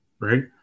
right